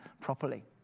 properly